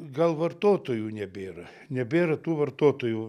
gal vartotojų nebėra nebėra tų vartotojų